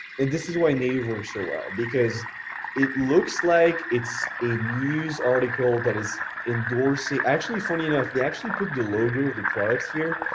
and this is why native works so well, because it looks like it's a news article that is endorsing. actually funny enough, they actually put the logo of the products here,